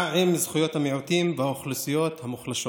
מה עם זכויות המיעוטים והאוכלוסיות המוחלשות?